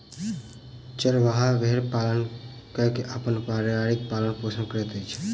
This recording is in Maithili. चरवाहा भेड़ पालन कय के अपन परिवारक पालन पोषण करैत अछि